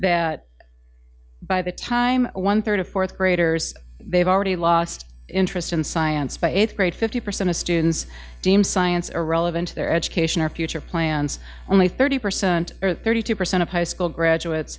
that by the time one third of fourth graders they've already lost interest in science by eighth grade fifty percent of students deemed science irrelevant to their education or future plans only thirty percent or thirty two percent of high school graduate